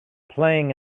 playing